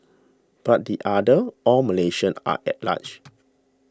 but the others all Malaysians are at large